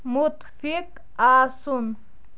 مُتفِق آسُن